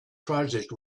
project